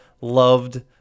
loved